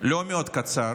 לא מאוד קצר